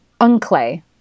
Unclay